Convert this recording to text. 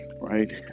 right